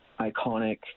iconic